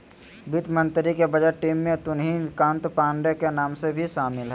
वित्त मंत्री के बजट टीम में तुहिन कांत पांडे के नाम भी शामिल हइ